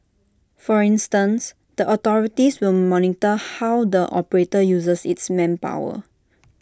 for instance the authorities will monitor how the operator uses its manpower